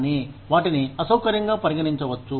కానీ వాటిని అసౌకర్యంగా పరిగణించవచ్చు